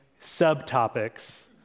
subtopics